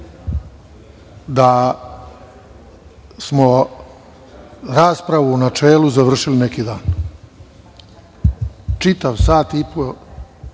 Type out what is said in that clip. da smo raspravu u načelu završili pre neki dan. Čitav sat i po,